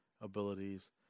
abilities